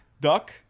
duck